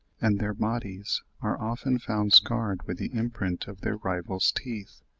and their bodies are often found scarred with the imprint of their rival's teeth,